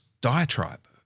diatribe